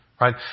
Right